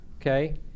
okay